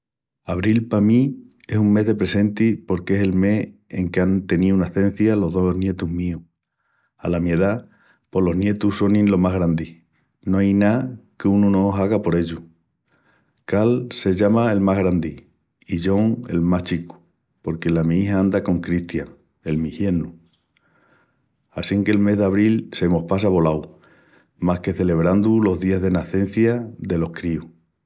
Abril pa mí es un mes de presenti porque es el mes en que án teníu nacencia los dos nietus míus, i ala mi edá, pos los nietus sonin lo más grandi, no ai ná qu'unu no haga por ellus. Carl se llama el más grandi i Jon el más chicu porque la mi ija anda con Christian, el mi giernu. Assinque'l mes d'abril se mos passa volau más que celebrandu los días de nacencia delos críus.